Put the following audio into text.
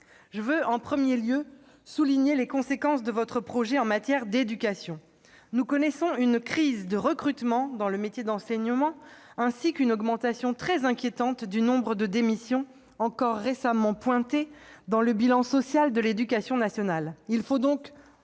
Je veux en premier lieu souligner les conséquences de votre projet en matière d'éducation. Nous connaissons une crise de recrutement dans le métier d'enseignant, ainsi qu'une augmentation très inquiétante du nombre de démissions, encore récemment relevée dans le bilan social de l'éducation nationale.